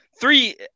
Three